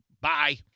Bye